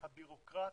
הבירוקרטיה,